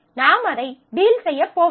நாம் அதை டீல் செய்யப் போவதில்லை